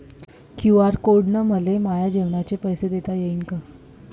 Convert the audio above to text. QR code न मले माये जेवाचे पैसे देता येईन का?